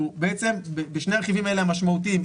אנחנו בעצם בשני הרכיבים האלה המשמעותיים,